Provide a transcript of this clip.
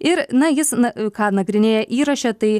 ir na jis na ką nagrinėja įraše tai